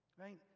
right